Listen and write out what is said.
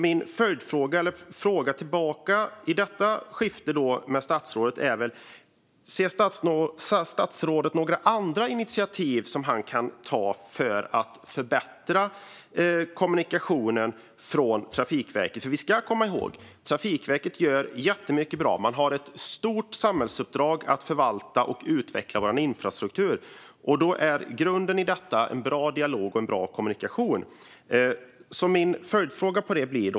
Min följdfråga till statsrådet blir därför: Ser statsrådet några andra initiativ som han kan ta för att förbättra kommunikationen från Trafikverket? Vi ska komma ihåg att Trafikverket gör jättemycket bra saker. Man har ett stort samhällsuppdrag att förvalta och utveckla vår infrastruktur. Grunden i detta är en bra dialog och kommunikation.